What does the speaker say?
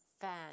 fan